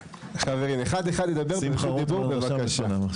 חברים, אחד אחד ידבר ברשות דיבור, בבקשה.